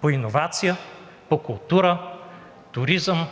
по иновации, по култура, туризъм,